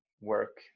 work